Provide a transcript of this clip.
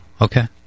Okay